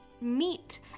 Meat